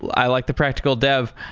i like the practical dev.